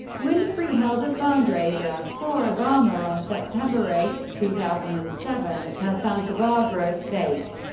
winfrey held a fundraiser for obama on september eight, two thousand and seven, at her santa barbara estate.